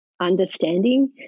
understanding